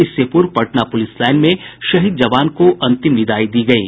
इससे पूर्व Patna police line में शहीद जवान को अंतिम विदाई दी गयी